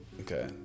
Okay